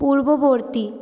পূর্ববর্তী